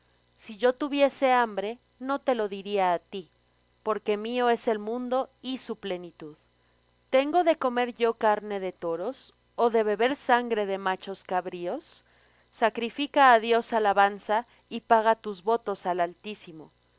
si yo tuviese hambre no te lo diría á ti porque mío es el mundo y su plenitud tengo de comer yo carne de toros o de beber sangre de machos cabríos sacrifica á dios alabanza y paga tus votos al altísimo